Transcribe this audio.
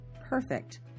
perfect